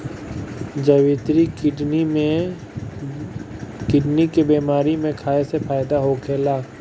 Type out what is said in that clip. जावित्री किडनी के बेमारी में खाए से फायदा होखेला